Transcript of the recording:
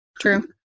True